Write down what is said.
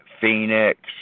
Phoenix